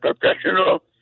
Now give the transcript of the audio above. professional